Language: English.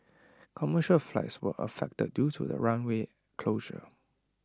commercial flights were affected due to the runway closure